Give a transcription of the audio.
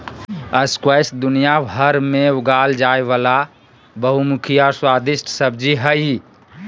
squash दुनियाभर में उगाल जाय वला बहुमुखी और स्वादिस्ट सब्जी हइ